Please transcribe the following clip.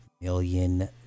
million